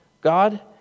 God